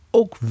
...ook